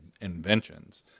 inventions